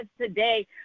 today